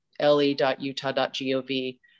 le.utah.gov